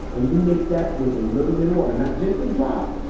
and you mix that with a little bit of water, not, just a drop.